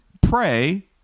Pray